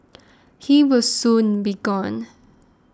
he will soon be gone